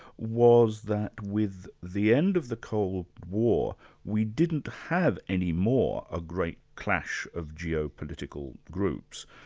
was that with the end of the cold war we didn't have any more a great clash of geopolitical groups,